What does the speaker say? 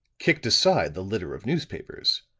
kicked aside the litter of newspapers,